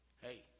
Hey